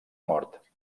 mort